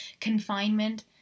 confinement